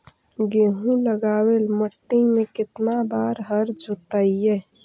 गेहूं लगावेल मट्टी में केतना बार हर जोतिइयै?